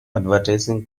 advertising